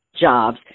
jobs